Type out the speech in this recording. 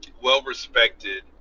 well-respected